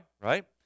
right